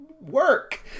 work